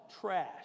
trash